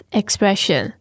expression